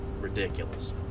ridiculous